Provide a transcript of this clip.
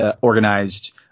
organized